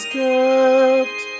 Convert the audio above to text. kept